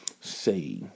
say